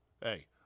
Hey